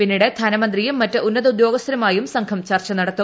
പിന്നീട് ധനമന്ത്രിയും മറ്റ് ഉന്നത ഉദ്യോഗസ്ഥരുമായും സംഘം ചർച്ച നടത്തും